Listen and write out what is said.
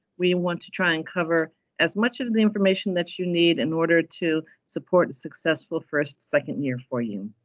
we want to try and cover as much of the information that you need in order to support a successful first, second year for you.